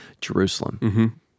Jerusalem